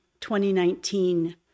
2019